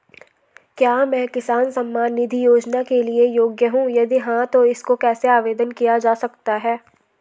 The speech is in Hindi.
क्या मैं किसान सम्मान निधि योजना के लिए योग्य हूँ यदि हाँ तो इसको कैसे आवेदन किया जा सकता है?